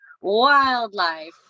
wildlife